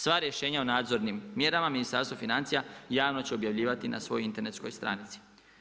Sva rješenja o nadzornim mjerama Ministarstvo financija javno će objavljivati na svojoj internetskoj stranici.